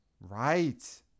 Right